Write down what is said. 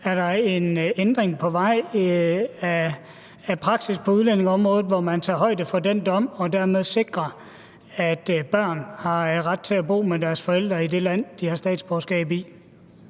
Er der en ændring på vej af praksis på udlændingeområdet, hvor man tager højde for den dom og dermed sikrer, at børn har ret til at bo med deres forældre i det land, de har statsborgerskab i?